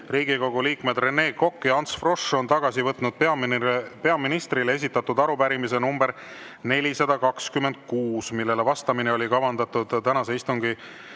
Riigikogu liikmed Rene Kokk ja Ants Frosch on tagasi võtnud peaministrile esitatud arupärimise nr 426, millele vastamine oli kavandatud tänase istungi